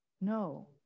no